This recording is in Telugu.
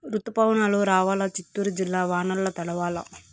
రుతుపవనాలు రావాలా చిత్తూరు జిల్లా వానల్ల తడవల్ల